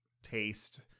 taste